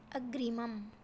अग्रिमम्